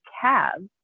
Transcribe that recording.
calves